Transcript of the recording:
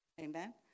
Amen